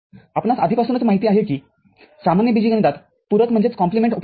आपणास आधीपासून माहित आहे कि सामान्य बीजगणितात पूरक उपलब्ध नाही